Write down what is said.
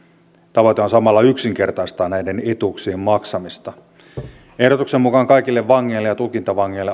tavoite on samalla yksinkertaistaa näiden etuuksien maksamista ehdotuksen mukaan kaikille vangeille ja tutkintavangeille